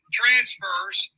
transfers